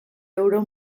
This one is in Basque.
euro